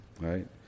right